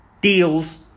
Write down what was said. deals